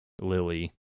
Lily